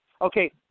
okay